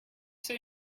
say